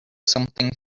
something